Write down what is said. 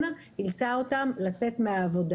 האזרחים הותיקים שעלו ארצה בגילאים ארבעים פלוס,